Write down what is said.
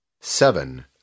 seven